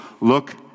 look